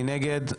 מי נגד?